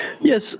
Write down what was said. Yes